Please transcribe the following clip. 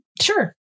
Sure